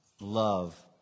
love